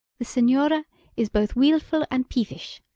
the senhora is both weelful and pivish,